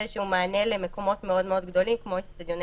יש מענה למקומות מאוד מאוד גדולים כמו אצטדיוני